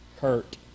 hurt